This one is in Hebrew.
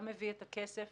גם הביא את הכסף